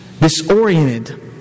disoriented